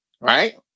right